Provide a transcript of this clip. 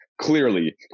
clearly